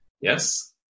Yes